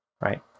right